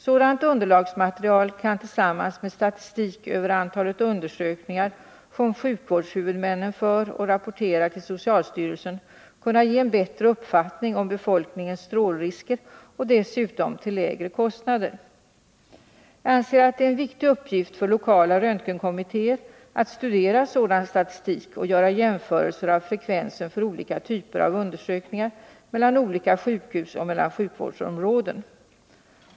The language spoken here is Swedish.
Sådant underlagsmaterial kan tillsammans med den statistik över antalet undersökningar, som sjukvårdshuvudmännen för och rapporterar till socialstyrelsen, ge en bättre uppfattning om strålriskerna för befolkningen och dessutom till lägre kostnader. Jag anser att det är en viktig uppgift för lokala röntgenkommittéer att studera sådan statistik och att göra jämförelser av frekvensen för olika typer av undersökningar mellan olika sjukhus och mellan sjukvårdsområden.